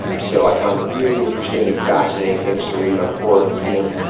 so i find really interesting and fascinating things to read on quora and medium.